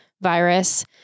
virus